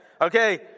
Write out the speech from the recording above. Okay